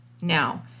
now